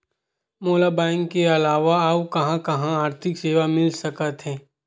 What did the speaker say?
मोला बैंक के अलावा आऊ कहां कहा आर्थिक सेवा मिल सकथे?